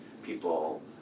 people